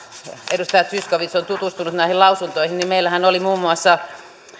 edustaja zyskowicz on tutustunut näihin lausuntoihin meillähän oli muun muassa